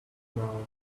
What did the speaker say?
now